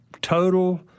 total